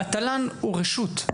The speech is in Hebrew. התל"ן הוא רשות.